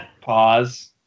pause